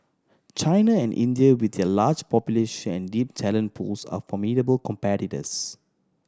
China and India with their large population deep talent pools are formidable competitors